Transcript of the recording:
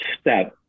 step